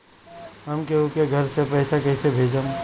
हम केहु के घर से पैसा कैइसे भेजम?